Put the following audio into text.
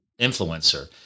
influencer